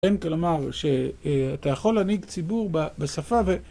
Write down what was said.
כן, כלומר, שאתה יכול להנהיג ציבור בשפה ו..